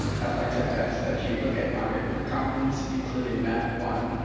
i'd like to ask that you look at my written comments including map one,